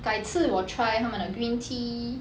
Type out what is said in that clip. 改次我 try 他们的 green tea